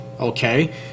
okay